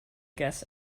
guests